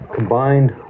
Combined